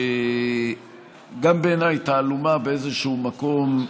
שגם בעיניי זו תעלומה באיזשהו מקום,